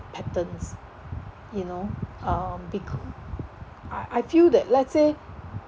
patterns you know um becau~ I I feel that let's say